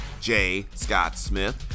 jscottsmith